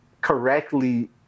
correctly